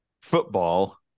football